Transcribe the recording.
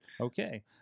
okay